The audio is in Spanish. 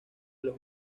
los